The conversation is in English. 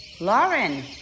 Lauren